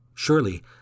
Surely